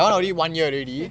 sure